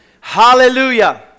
Hallelujah